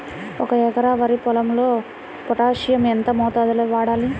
ఒక ఎకరా వరి పొలంలో పోటాషియం ఎంత మోతాదులో వాడాలి?